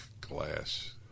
glass